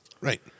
Right